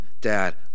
Dad